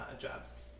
jobs